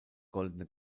goldene